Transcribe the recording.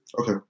Okay